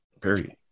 period